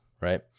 right